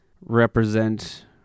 represent